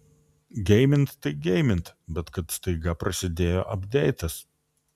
geimint tai geimint bet kad staiga prasidėjo apdeitas